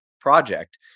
project